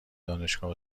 دانشگاه